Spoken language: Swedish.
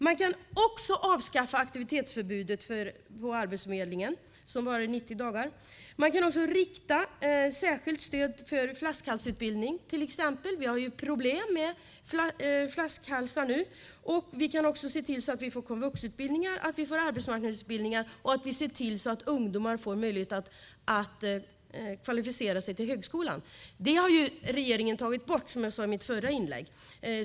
Man kan också avskaffa aktivitetsförbudet på 90 dagar hos Arbetsförmedlingen. Man kan rikta särskilt stöd till flaskhalsutbildning till exempel; vi har problem med flaskhalsar. Vi kan också se till att vi får komvuxutbildningar och arbetsmarknadsutbildning. Vi kan se till att ungdomar får möjlighet att kvalificera sig till högskolan. Det har regeringen tagit bort, som jag sade i mitt förra inlägg.